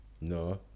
No